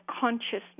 consciousness